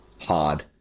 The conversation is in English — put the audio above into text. hard